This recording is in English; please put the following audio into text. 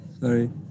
Sorry